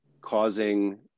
causing